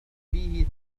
فيه